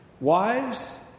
Wives